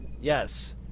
Yes